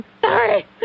Sorry